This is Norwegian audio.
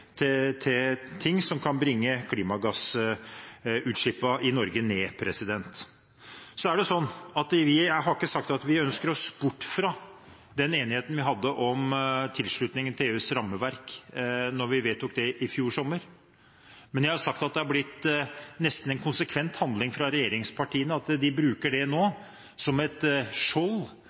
til dekket bord, istedenfor å påpeke det ansvaret de nå selv har for å fremme forslag og tiltak som kan bringe klimagassutslippene i Norge ned. Så har jeg ikke sagt at vi ønsker oss bort fra den enigheten vi hadde om tilslutningen til EUs rammeverk, da vi vedtok det i fjor sommer, men jeg har sagt at det har blitt nesten en konsekvent handling fra regjeringspartiene at de bruker det som et